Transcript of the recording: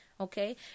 okay